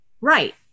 Right